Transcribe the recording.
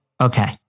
Okay